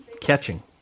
catching